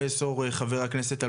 חבר הכנסת,